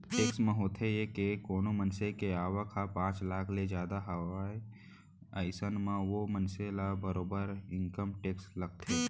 tax म होथे ये के कोनो मनसे के आवक ह पांच लाख ले जादा हावय अइसन म ओ मनसे ल बरोबर इनकम टेक्स लगथे